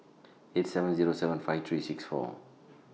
eight seven Zero seven five three six four